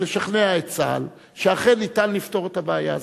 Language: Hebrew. לשכנע את צה"ל שאכן ניתן לפתור את הבעיה הזאת,